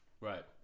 Right